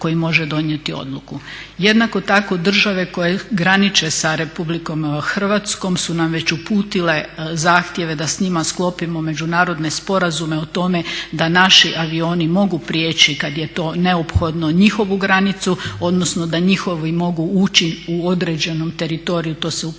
Jednako tako države koje graniče sa Republikom Hrvatskom su nam već uputile zahtjeve da s njima sklopimo međunarodne sporazume o tome da naši avioni mogu priječi kada je to neophodno njihovu granicu odnosno da njihovi mogu ući u određenom teritoriju, to se u pravilu